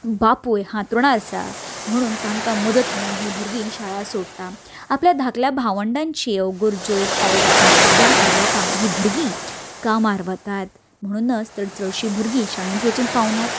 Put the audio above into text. बापूय हांथरुणार आसा म्हणून तांकां मदत म्हणून हीं भुरगीं शाळा सोडटा आपल्या धाकल्या भावंडांची गरज्यो पावोपा खातीर सुद्दां हीं लोकां हीं भुरगीं कामार वतात म्हणुनच तर चडशीं भुरगीं शाळेंत वचूंक पावनात